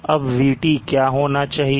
अब VT क्या होना चाहिए